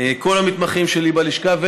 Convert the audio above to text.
לכל המתמחים שלי בלשכה,